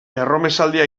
erromesaldia